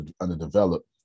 underdeveloped